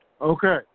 Okay